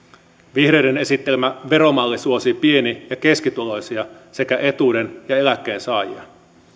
vihreiden esittelemä veromalli suosii pieni ja keskituloisia sekä etuuden ja eläkkeensaajia